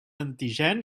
antigen